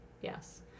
Yes